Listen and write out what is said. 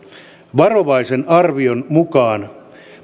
varovaisen arvion mukaan